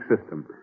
system